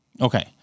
Okay